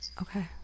Okay